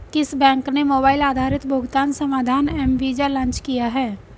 किस बैंक ने मोबाइल आधारित भुगतान समाधान एम वीज़ा लॉन्च किया है?